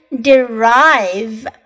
derive